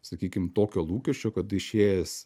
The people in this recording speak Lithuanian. sakykim tokio lūkesčio kad tu išėjęs